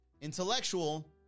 Intellectual